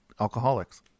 alcoholics